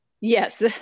Yes